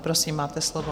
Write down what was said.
Prosím, máte slovo.